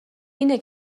اینه